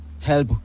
help